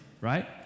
right